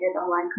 online